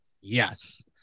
yes